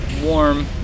warm